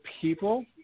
people